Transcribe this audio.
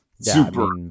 Super